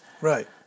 Right